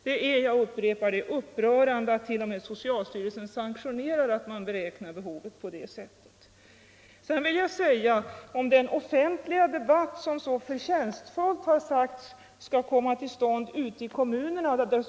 Det är, jag upprepar det, upprörande att t.o.m. socialstyrelsen sanktionerar att behovet beräknas på det sättet.